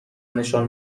نشان